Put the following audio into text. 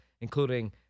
including